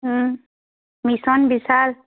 mission vishal